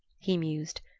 he mused,